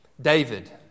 David